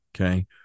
okay